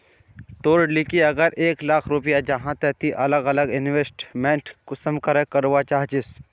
तोर लिकी अगर एक लाख रुपया जाहा ते ती अलग अलग इन्वेस्टमेंट कुंसम करे करवा चाहचिस?